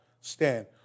stand